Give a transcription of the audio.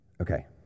Okay